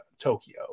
tokyo